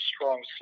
strong